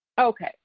Okay